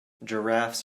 giraffes